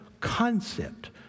concept